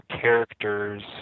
characters